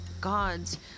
gods